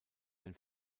ein